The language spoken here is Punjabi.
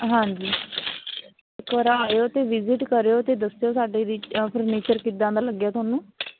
ਹਾਂਜੀ ਇੱਕ ਵਾਰ ਆਇਓ ਅਤੇ ਵਿਜਿਟ ਕਰਿਓ ਅਤੇ ਦੱਸਿਓ ਸਾਡੇ ਵੀ ਫਰਨੀਚਰ ਕਿੱਦਾਂ ਦਾ ਲੱਗਿਆ ਤੁਹਾਨੂੰ